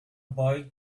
boy